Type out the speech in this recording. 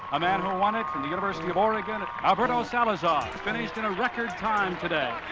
a man who won it, from the university of oregon, alberto salazar finished in a record time today.